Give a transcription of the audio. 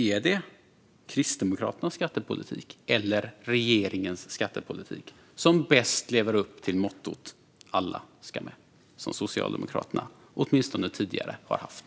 Är det Kristdemokraternas skattepolitik eller regeringens skattepolitik som bäst lever upp till mottot "alla ska med", som Socialdemokraterna åtminstone tidigare har haft?